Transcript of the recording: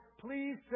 please